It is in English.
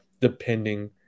depending